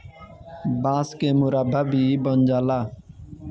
बांस के मुरब्बा भी बन जाला